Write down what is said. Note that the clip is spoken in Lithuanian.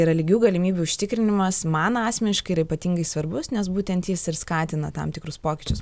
yra lygių galimybių užtikrinimas man asmeniškai yra ypatingai svarbus nes būtent jis ir skatina tam tikrus pokyčius